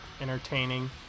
entertaining